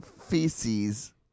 feces